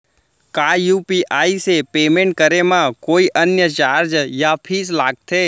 का यू.पी.आई से पेमेंट करे म कोई अन्य चार्ज या फीस लागथे?